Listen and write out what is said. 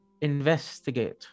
investigate